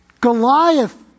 Goliath